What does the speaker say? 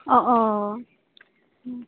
अ' अ' ओ